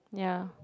ya